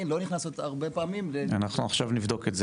לא נכנסות הרבה פעמים --- אנחנו עכשיו נבדוק את זה.